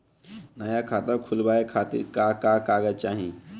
नया खाता खुलवाए खातिर का का कागज चाहीं?